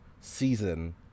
season